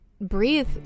breathe